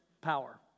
power